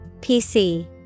PC